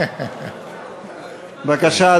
בבקשה,